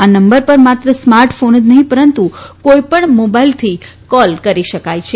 આ નંબર પર માત્ર સ્માર્ટ ફોન જ નફીં પરંતુ કોઈપણ મોબાઇલ ફોનથી કોલ કરી શકાય છે